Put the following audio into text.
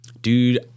Dude